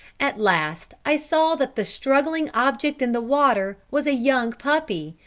at last i saw that the struggling object in the water was a young puppy,